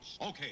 okay